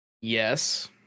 Yes